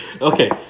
okay